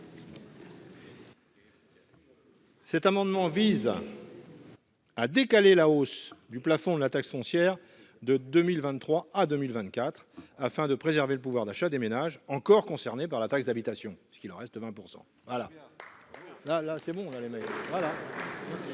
Cet amendement vise à décaler la hausse du plafond de la taxe foncière de 2023 à 2024, afin de préserver le pouvoir d'achat des ménages encore concernés par la taxe d'habitation, qui représentent 20 %